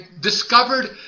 discovered